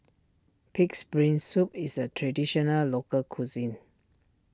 Pig's Brain Soup is a Traditional Local Cuisine